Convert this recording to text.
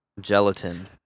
Gelatin